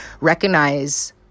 recognize